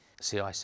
cic